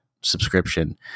subscription